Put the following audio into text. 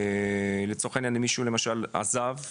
לצורך העניין, אם מישהו למשל עזב,